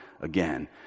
again